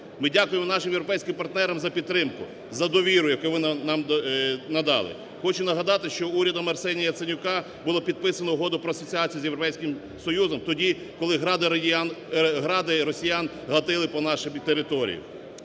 Ми дякуємо нашим європейським партнерам за підтримку, за довіру, яку вони нам надали. Хочу нагадати, що урядом Арсенія Яценюка було підписано Угоду про асоціацію з Європейським Союзом тоді, коли гради росіян гатили по нашій території.